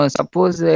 Suppose